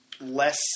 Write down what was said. less